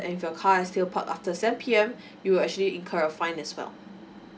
and if your car is still park after seven P_M you will actually incur a fine as well